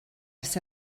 ers